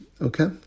okay